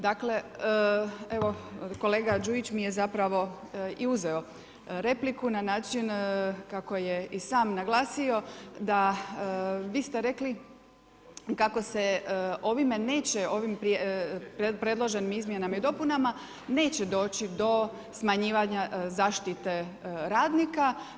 Dakle, evo kolega Đujić mi je zapravo i uzeto repliku na način kako je i sam naglasio da vi ste rekli kako se ovime neće, ovim predloženim izmjenama i dopunama neće doći do smanjivanja zaštite radnika.